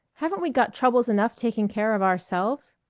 haven't we got troubles enough taking care of ourselves?